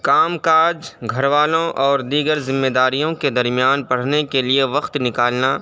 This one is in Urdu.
کام کاج گھر والوں اور دیگر ذمہ داریوں کے درمیان پڑھنے کے لیے وقت نکالنا